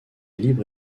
libre